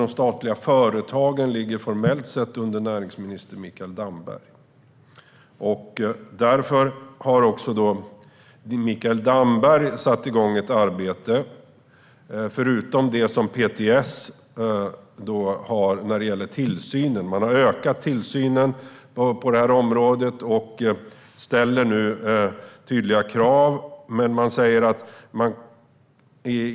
De statliga företagen ligger däremot formellt sett under näringsminister Mikael Damberg, och han har satt igång ett arbete förutom det som PTS har när det gäller tillsynen. Man har ökat tillsynen på det här området och ställer nu tydliga krav.